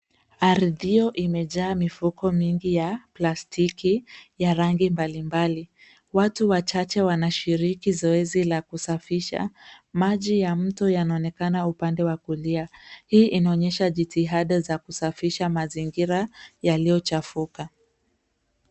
Ardhi hiyo imejaa mifuko mingi ya plastiki ya rangi mbalimbali. Watu wachache wanashiriki zoezi la kusafisha. Maji ya mto yanaonekana upande wa kulia. Hii inaonyesha jitihada za kusafisha mazingira yaliyochafuka.